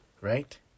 right